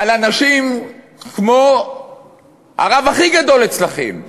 על אנשים כמו הרב הכי גדול אצלכם,